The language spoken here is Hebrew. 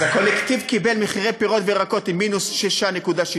אז הקולקטיב קיבל מחירי פירות וירקות: מינוס 6.6%;